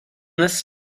this